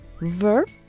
verb